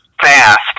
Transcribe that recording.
fast